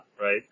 right